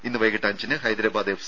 ഇന്ന് വൈകിട്ട് അഞ്ചിന് ഹൈദരാബാദ് എഫ്